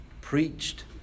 preached